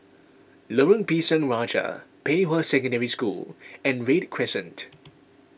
Lorong Pisang Raja Pei Hwa Secondary School and Read Crescent